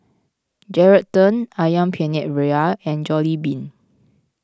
Geraldton Ayam Penyet Ria and Jollibean